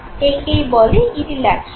একেই বলে ipsi lateral